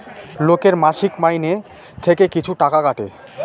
লোকের মাসিক মাইনে থেকে কিছু টাকা কাটে